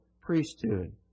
priesthood